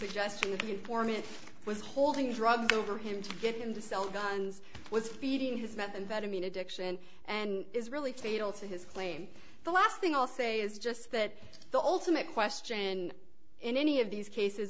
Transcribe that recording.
uniform it was holding drug over him to get him to sell guns was feeding his methamphetamine addiction and is really fatal to his claim the last thing i'll say is just that the ultimate question in any of these cases